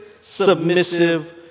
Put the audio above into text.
submissive